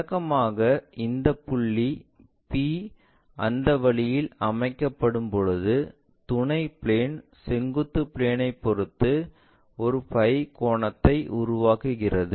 வழக்கமாக இந்த புள்ளி P அந்த வழியில் அமைக்கப்படும் போது துணை பிளேன் செங்குத்து பிளேன்ஐப் பொறுத்து ஒரு பை கோணத்தை உருவாக்கிறது